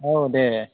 औ दे